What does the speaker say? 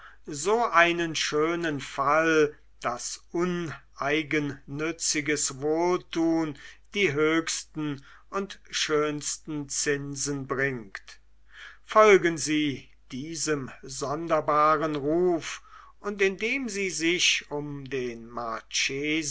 so einen schönen fall daß uneigennütziges wohltun die höchsten und schönsten zinsen bringt folgen sie diesem sonderbaren ruf und indem sie sich um den